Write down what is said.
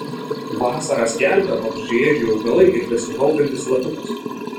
vasarą skelbia vabzdžiaėdžiai augalai ir besižvalgantis lapiukas